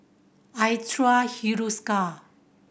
I trust Hiruscar